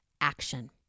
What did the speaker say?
action